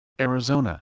Arizona